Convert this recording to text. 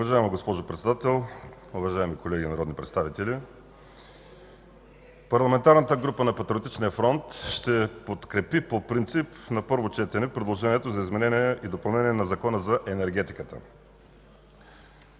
Уважаема госпожо Председател, уважаеми колеги народни представители! Парламентарната група на Патриотичния фронт ще подкрепи по принцип на първо четене предложението за изменение и допълнение на Закона за енергетиката.